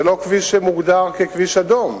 זה לא כביש שמוגדר כביש אדום,